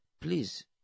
please